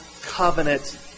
covenant